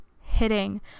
hitting